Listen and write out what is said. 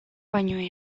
baino